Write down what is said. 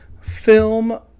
film